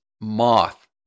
moth